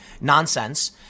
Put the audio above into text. nonsense